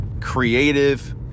creative